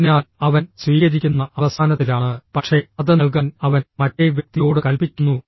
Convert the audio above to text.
അതിനാൽ അവൻ സ്വീകരിക്കുന്ന അവസാനത്തിലാണ് പക്ഷേ അത് നൽകാൻ അവൻ മറ്റേ വ്യക്തിയോട് കൽപ്പിക്കുന്നു